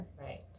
Right